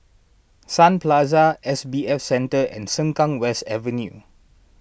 Sun Plaza S B F Center and Sengkang West Avenue